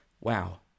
wow